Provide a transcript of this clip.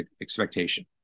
expectation